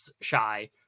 shy